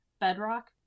bedrock